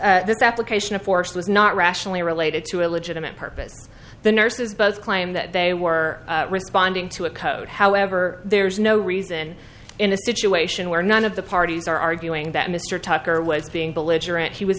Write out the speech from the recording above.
these this application of force was not rationally related to a legitimate purpose the nurses both claim that they were responding to a code however there is no reason in a situation where none of the parties are arguing that mr